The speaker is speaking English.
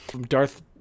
darth